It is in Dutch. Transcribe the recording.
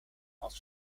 als